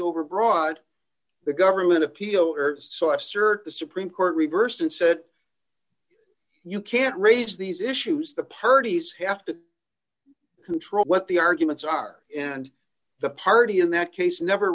overbroad the government appeal so i assert the supreme court reversed and said you can't raise these issues the parties have to control what the arguments are and the party in that case never